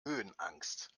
höhenangst